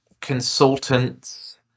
consultants